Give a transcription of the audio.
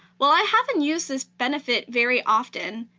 while i haven't used this benefit very often,